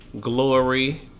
Glory